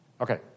Okay